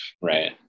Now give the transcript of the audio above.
right